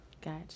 Gotcha